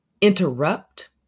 interrupt